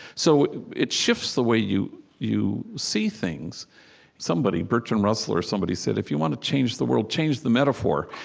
so it shifts the way you you see things somebody, bertrand russell or somebody, said, if you want to change the world, change the metaphor.